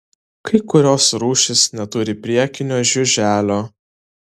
kai kurios rūšys neturi priekinio žiuželio